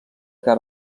que